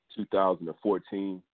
2014